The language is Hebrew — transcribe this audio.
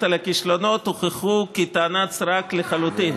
על הכישלונות הוכחו כטענת סרק לחלוטין.